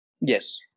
yes